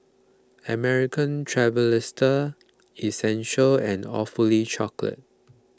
American Tourister Essential and Awfully Chocolate